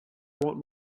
want